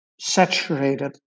saturated